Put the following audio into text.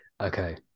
Okay